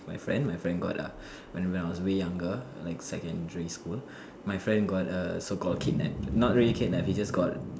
my friend my friend got ah when I was younger like secondary school my friend got err so called kidnapped not really kidnapped he just got